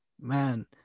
Man